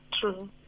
True